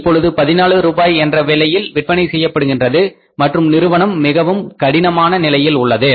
இப்பொழுது 14 ரூபாய் என்ற விலையில் விற்பனை செய்யப்படுகின்றது மற்றும் நிறுவனம் மிகவும் கடினமான நிலையில் உள்ளது